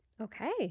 Okay